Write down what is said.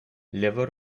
лево